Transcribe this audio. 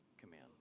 command